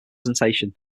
presentation